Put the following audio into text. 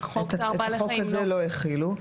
את החוק הזה לא החילו,